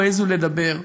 או העיזו לדבר,